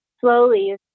slowly